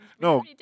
No